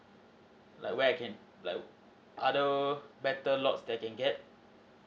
like where I can like other better lots that I can get